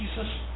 Jesus